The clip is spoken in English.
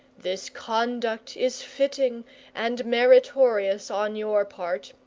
this conduct is fitting and meritorious on your part,